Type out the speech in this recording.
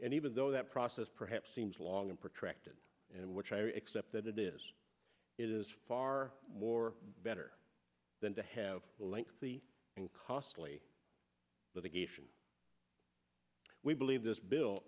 and even though that process perhaps seems long and protracted and which i accept that it is it is far more better than to have a lengthy and costly litigation we believe this bill